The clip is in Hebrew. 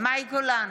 מאי גולן,